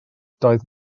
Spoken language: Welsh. doedd